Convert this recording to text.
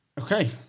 Okay